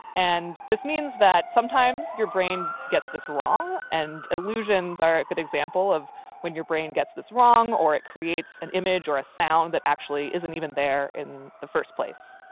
and this means that sometimes, your brain gets this wrong and illusions are a good example of when your brain gets this wrong, or it creates an image or a sound that actually isn't even there in the first place